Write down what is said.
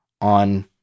on